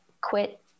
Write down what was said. quit